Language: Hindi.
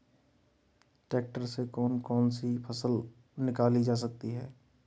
ट्रैक्टर से कौन कौनसी फसल निकाली जा सकती हैं?